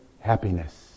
happiness